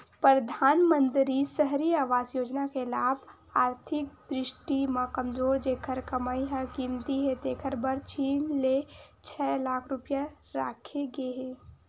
परधानमंतरी सहरी आवास योजना के लाभ आरथिक दृस्टि म कमजोर जेखर कमई ह कमती हे तेखर बर तीन ले छै लाख रूपिया राखे गे हे